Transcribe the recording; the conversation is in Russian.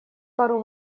пару